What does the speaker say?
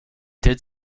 did